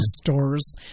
stores